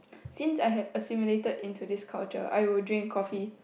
since I have assimilated into this culture I will drink coffee